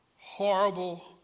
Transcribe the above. horrible